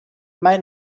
might